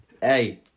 Hey